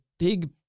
Big